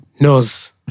Knows